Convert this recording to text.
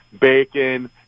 bacon